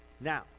Now